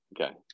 Okay